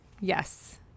Yes